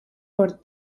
por